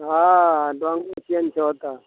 हँ छै ओतऽ